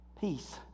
Peace